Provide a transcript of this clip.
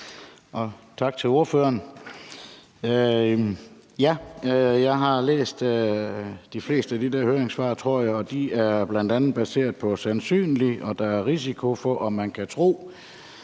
tak til ordføreren. Jeg har læst de fleste af de der høringssvar, tror jeg, og de er bl.a. baseret på, hvad der er sandsynligt, hvad der er risiko for, og hvad man kan tro.